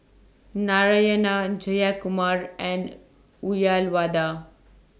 Narayana Jayakumar and Uyyalawada